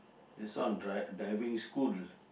this one dri~ diving school